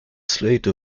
slate